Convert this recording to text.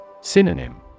Synonym